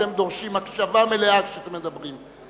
אתם דורשים הקשבה מלאה כשאתם מדברים.